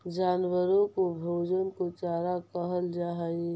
जानवरों के भोजन को चारा कहल जा हई